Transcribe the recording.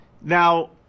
Now